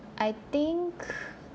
I think